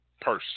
person